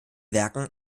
werken